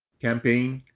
campaign.